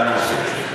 אתה מבטיח.